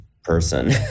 person